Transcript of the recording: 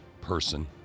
person